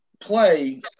play